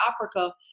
Africa